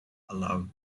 allowed